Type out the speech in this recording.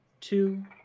two